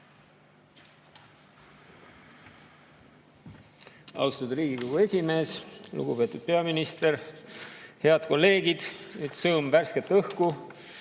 Austatud Riigikogu esimees! Lugupeetud peaminister! Head kolleegid! Nüüd sõõm värsket õhku.